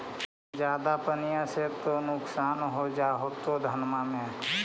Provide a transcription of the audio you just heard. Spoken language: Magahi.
ज्यादा पनिया से तो नुक्सान हो जा होतो धनमा में?